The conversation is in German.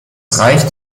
reicht